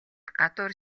гадуур